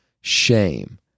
shame